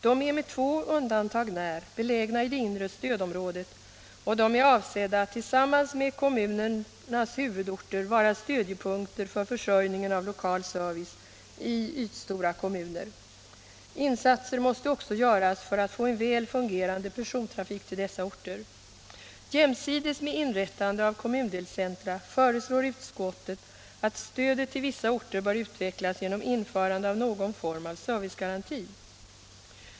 De är med två undantag när belägna i det inre stödområdet och de är avsedda att tillsammans med kommunernas huvudorter vara stödjepunkter för försörjningen av lokal service i de ytstora kommunerna. Insatser måste också göras för att få en väl fungerande persontrafik till dessa orter. Jämsides med inrättandet av kommundelscentra föreslår utskottet att stödet till vissa orter bör utvecklas genom införande av någon form av servicegaranti.